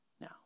Now